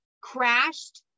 crashed